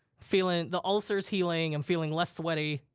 feeling the ulcers healing, i'm feeling less sweaty.